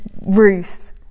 Ruth